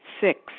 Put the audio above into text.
Six